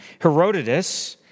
Herodotus